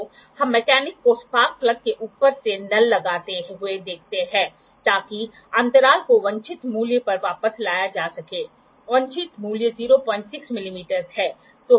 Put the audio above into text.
तो हम मैकेनिक को स्पार्क प्लग के ऊपर से नल लगाते हुए देखते हैं ताकि अंतराल को वांछित मूल्य पर वापस लाया जा सके वांछित मूल्य 06 मिमी है